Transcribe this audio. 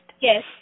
Yes